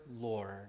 Lord